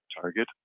target